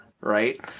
right